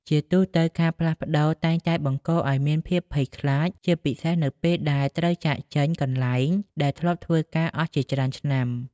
ជាទូទៅ ការផ្លាស់ប្តូរតែងតែបង្កឱ្យមានភាពភ័យខ្លាច ជាពិសេសនៅពេលដែលត្រូវចាកចេញកន្លែងដែលធ្លាប់ធ្វើការអស់ជាច្រើនឆ្នាំ។